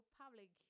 public